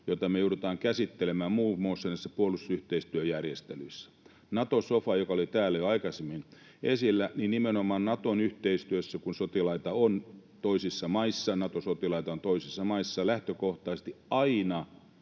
jota me joudutaan käsittelemään muun muassa näissä puolustusyhteistyöjärjestelyissä. Nato-sofan perusteella, joka oli täällä jo aikaisemmin esillä, nimenomaan Naton yhteistyössä, kun Nato-sotilaita on toisissa maissa, lähtökohtaisesti aina